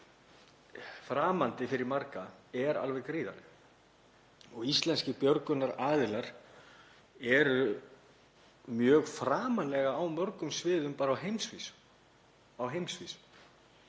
framandi fyrir marga er alveg gríðarleg. Íslenskir björgunaraðilar eru mjög framarlega á mörgum sviðum á heimsvísu. Við